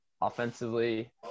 offensively